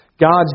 God's